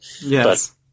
Yes